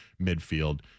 midfield